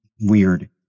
weird